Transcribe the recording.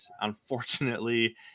unfortunately